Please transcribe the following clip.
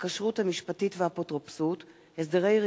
המפלגות (תיקון, חובת